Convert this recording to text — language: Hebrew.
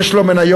יש לו מניות.